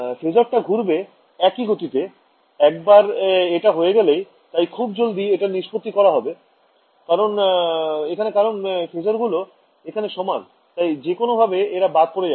phasor টা ঘুরবে একই গতিতে একবার এটা হয়ে গেলেই তাই খুব জলদি এটার নিস্পত্তি করতে হবে এখানে কারণ phasor গুলো এখানে সমান তাই যেকোনো ভাবে এরা বাদ পরে যাবে